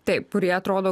taip kurie atrodo